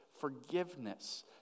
forgiveness